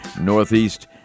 Northeast